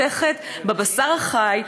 חותכת בבשר החי,